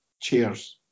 cheers